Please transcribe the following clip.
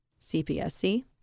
CPSC